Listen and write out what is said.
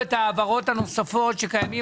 את ההעברות הנוספות שקיימות,